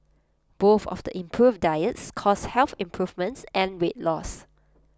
both of the improved diets caused health improvements and weight loss